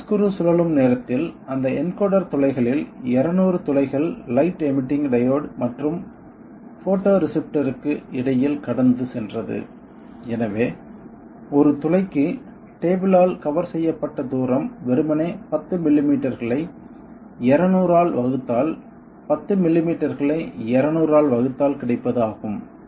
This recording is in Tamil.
லீட் ஸ்க்ரூ சுழலும் நேரத்தில் அந்த என்கோடர் துளைகளில் 200 துளைகள் லைட் எமிட்டிங் டையோடு மற்றும் போட்டோரிசெப்டர்க்கு இடையில் கடந்து சென்றது எனவே ஒரு துளைக்கு டேபிள் ஆல் கவர் செய்யப்பட்ட தூரம் வெறுமனே 10 மில்லிமீட்டர்களை 200 ஆல் வகுத்தால் 10 மில்லிமீட்டர்களை 200 ஆல் வகுத்தால் கிடைப்பது ஆகும்